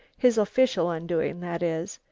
his official undoing that is,